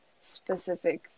specific